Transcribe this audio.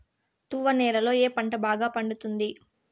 తువ్వ నేలలో ఏ పంట బాగా పండుతుంది?